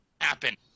happen